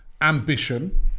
ambition